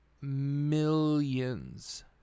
Millions